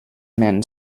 men